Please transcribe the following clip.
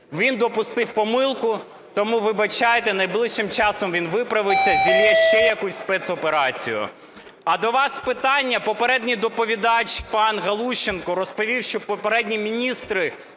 Він допустив помилку, тому вибачайте, найближчим часом він виправиться, зіллє ще якусь спецоперацію. А до вас питання. Попередній доповідач пан Галущенко розповів, що попередні міністри